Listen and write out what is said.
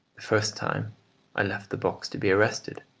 the first time i left the box to be arrested,